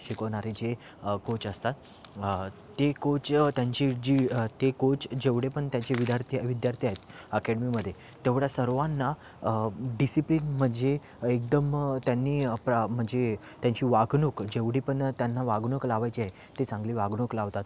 शिकवणारे जे कोच असतात ते कोच त्यांची जी ते कोच जेवढे पण त्यांचे विद्यार्थी विद्यार्थी आहेत अकॅडेमीमध्ये तेवढ्या सर्वांना डिसिप्लिन म्हणजे एकदम त्यांनी प्र म्हणजे त्यांची वागणूक जेवढी पण त्यांना वागणूक लावायची आहे ती चांगली वागणूक लावतात